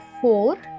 four